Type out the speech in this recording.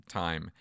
time